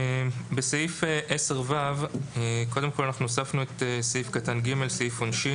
בסעיף 10ו הוספנו את סעיף קטן (ג), סעיף עונשין: